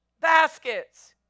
baskets